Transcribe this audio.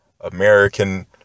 American